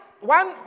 one